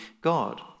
God